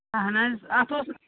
اہن حظ اَتھ اوس